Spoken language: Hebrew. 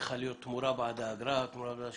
שצריכה להיות תמורה בעד האגרה או ההשקעה,